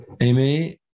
Amy